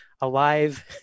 alive